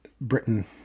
Britain